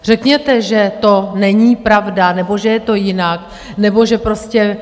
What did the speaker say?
Řekněte, že to není pravda, nebo že je to jinak, nebo že prostě...